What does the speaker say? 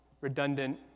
redundant